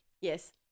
yes